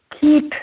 keep